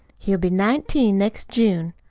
he'll be nineteen next june.